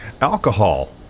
Alcohol